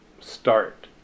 start